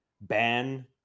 ban